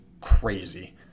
crazy